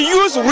use